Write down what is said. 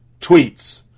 tweets